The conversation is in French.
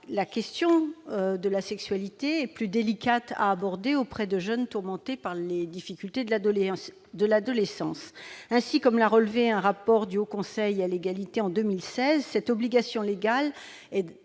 la question de la sexualité est plus délicate à aborder auprès de jeunes tourmentés par les difficultés de l'adolescence. Ainsi, comme l'a relevé le Haut Conseil à l'égalité entre les femmes et